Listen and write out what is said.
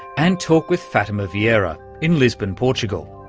and talk with fatima vieira in lisbon, portugal.